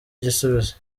igisubizo